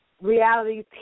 reality